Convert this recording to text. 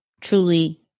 truly